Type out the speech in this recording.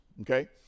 okay